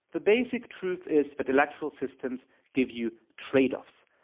the basic truth is that electoral systems give you tradeoffs.